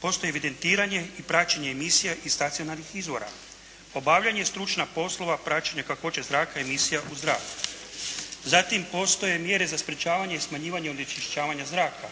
Postoji evidentiranje i praćenje emisija i stacionarnih izvora, obavljanje stručnih poslova, praćenje kakvoće zraka i emisija u zraku. Zatim, postoje mjere za sprječavanje i smanjivanje onečišćavanja zraka,